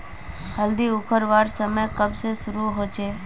हल्दी उखरवार समय कब से शुरू होचए?